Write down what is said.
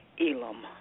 elam